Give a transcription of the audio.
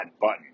button